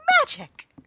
magic